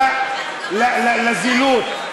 לזילות.